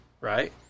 right